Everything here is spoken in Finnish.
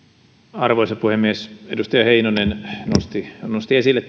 arvoisa puhemies edustaja heinonen nosti esille